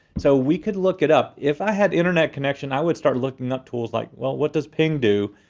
so we could look it up. if i had internet connection, i would start looking up tools like well, what does ping do?